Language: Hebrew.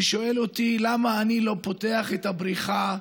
ששואל אותי למה אני לא פותח את הבריכה?